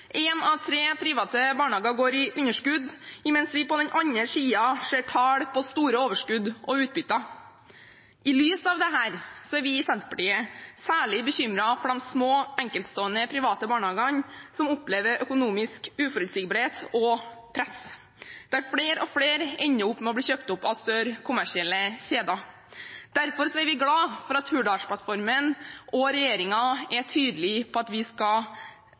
en av tre private barnehager går i underskudd, mens vi på den andre siden ser tall som viser store overskudd og utbytter. I lys av dette er vi i Senterpartiet særlig bekymret for de små, enkeltstående private barnehagene som opplever økonomisk uforutsigbarhet og press. Flere og flere ender med å bli kjøpt opp av større, kommersielle kjeder. Derfor er vi glad for at Hurdalsplattformen og regjeringen er tydelig på at vi skal